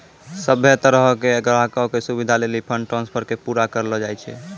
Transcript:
सभ्भे तरहो के ग्राहको के सुविधे लेली फंड ट्रांस्फर के पूरा करलो जाय छै